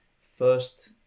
first